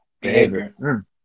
Behavior